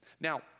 Now